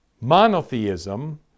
monotheism